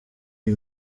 iyi